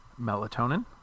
melatonin